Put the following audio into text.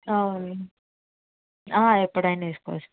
అవును ఎప్పుడైనా వేసుకోవచ్చు